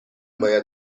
باید